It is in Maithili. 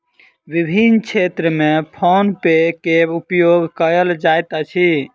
विभिन्न क्षेत्र में फ़ोन पे के उपयोग कयल जाइत अछि